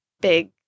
big